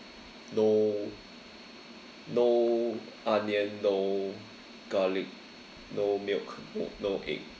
no no onion no garlic no milk no egg